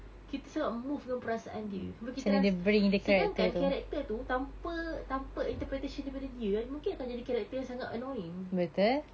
kita move dengan perasaan dia sampai kita ras~ sedangkan character tu tanpa tanpa interpretation daripada dia kan mungkin akan jadi character yang sangat annoying